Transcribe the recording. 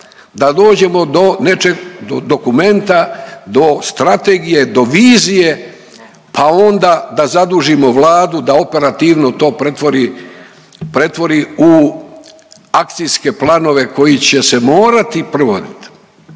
da dođemo do nečeg, do dokumenta do strategije do vizije, pa onda da zadužimo Vladu da operativno to pretvori, pretvori u akcijske planove koji će se morati provoditi.